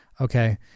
okay